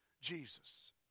Jesus